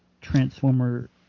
Transformer